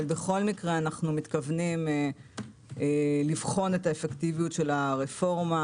בכל מקרה אנו מתכוונים לבחון את האפקטיביות של הרפורמה,